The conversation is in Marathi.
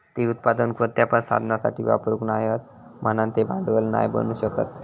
ते उत्पादन कोणत्या पण साधनासाठी वापरूक नाय हत म्हणान ते भांडवल नाय बनू शकत